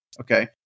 Okay